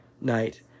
night